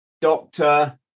doctor